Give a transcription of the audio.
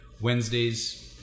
wednesdays